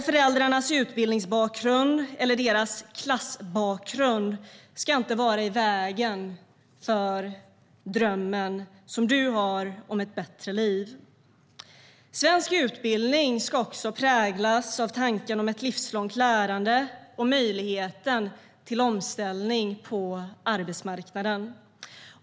Föräldrarnas utbildningsbakgrund eller klassbakgrund ska inte vara i vägen för den dröm man har om ett bättre liv. Svensk utbildning ska också präglas av tanken om ett livslångt lärande och möjligheten till omställning på arbetsmarknaden.